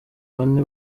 bane